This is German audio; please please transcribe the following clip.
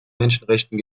menschenrechten